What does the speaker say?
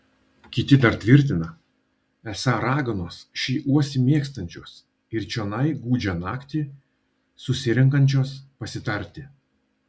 kiti dar tvirtina esą raganos šį uosį mėgstančios ir čionai gūdžią naktį susirenkančios pasitarti